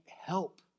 help